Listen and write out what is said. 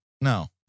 No